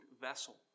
vessel